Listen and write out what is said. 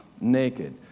naked